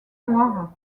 noires